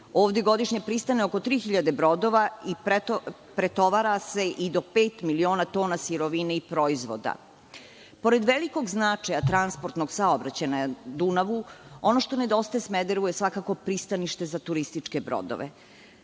Ovde godišnje pristane oko tri hiljade brodova i pretovara se i do pet miliona tona sirovine i proizvoda. Pored velikog značaja transportnog saobraćaja na Dunavu, ono što nedostaje Smederevu je svakako pristanište za turističke